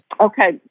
Okay